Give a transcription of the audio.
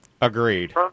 Agreed